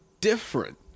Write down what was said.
different